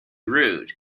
rude